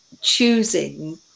choosing